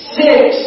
six